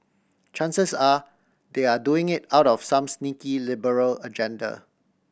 chances are they are doing it out of some sneaky liberal agenda